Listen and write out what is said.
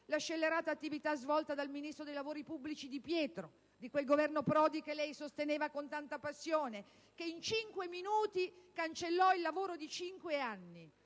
la scellerata attività svolta dal ministro dei lavori pubblici Di Pietro di quel Governo Prodi, che lei sosteneva con tanta passione, che in cinque minuti cancellò il lavoro di cinque anni.